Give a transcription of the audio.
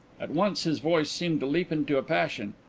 at once his voice seemed to leap into a passion.